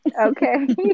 okay